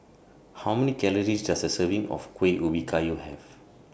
How Many Calories Does A Serving of Kuih Ubi Kayu Have